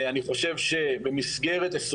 אני חושב שבמסגרת 2024,